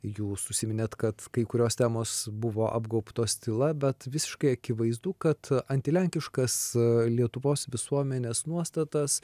jūs užsiminėt kad kai kurios temos buvo apgaubtos tyla bet visiškai akivaizdu kad antilenkiškas lietuvos visuomenės nuostatas